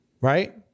Right